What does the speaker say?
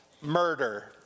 murder